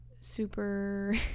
super